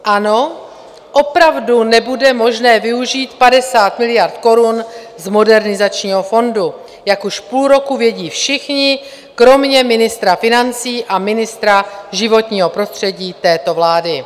Ano, opravdu nebude možné využít 50 miliard korun z Modernizačního fondu, jak už půl roku vědí všichni kromě ministra financí a ministra životního prostředí této vlády.